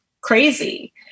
crazy